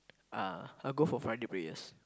uh I'll go for Friday prayers